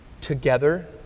together